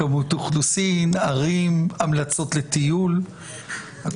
צריך לתאם את זה עם הנוסח שבחוק מרשם האוכלוסין ששם משתמע שזה רק